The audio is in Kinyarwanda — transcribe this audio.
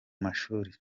mashuri